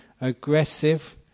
aggressive